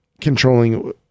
controlling